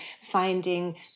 finding